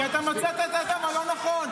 כי אתה מצאת את האדם הלא-נכון.